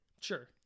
Sure